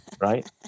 Right